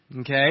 Okay